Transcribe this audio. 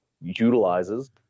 utilizes